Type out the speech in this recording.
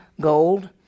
gold